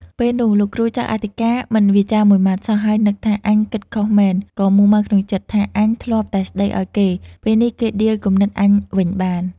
ពេលនោះ លោកគ្រូចៅអធិការមិនវាចាមួយម៉ាត់សោះ ហើយនឹកថា "អញគិតខុសមែន" ក៏មួម៉ៅក្នុងចិត្តថា "អញធ្លាប់តែស្តីឲ្យគេ ពេលនេះគេដៀលគំនិតអញវិញបាន"។